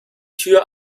tür